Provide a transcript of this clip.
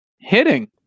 Hitting